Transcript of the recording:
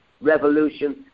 Revolution